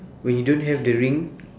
when you don't have the ring